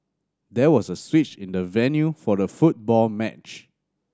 there was a switch in the venue for the football match